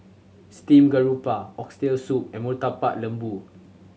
steamed garoupa Oxtail Soup and Murtabak Lembu